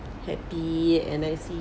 happy and I see